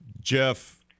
Jeff